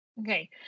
Okay